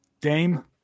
Dame